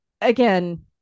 again